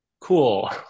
cool